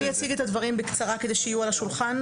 אני אציג את הדברים בקצרה כדי שיהיו על השולחן,